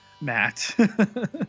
matt